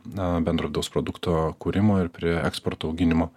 na bendro vidaus produkto kūrimo ir prie eksporto auginimo